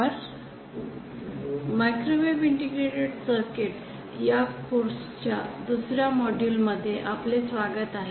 "microwave integrated circuit" "Microwave Integrated Circuits" या course च्या दुसर्या मॉड्यूल मध्ये आपले स्वागत आहे